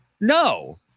No